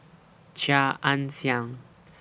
Chia Ann Siang